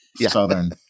southern